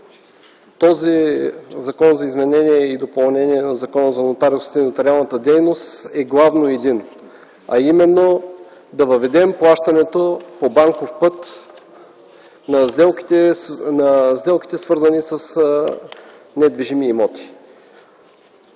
този Закон за изменение и допълнение на Закона за нотариусите и нотариалната дейност е главно един, а именно да въведем плащането по банков път на сделките, свързани с недвижими имоти.